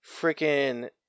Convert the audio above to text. freaking